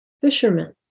fishermen